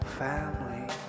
family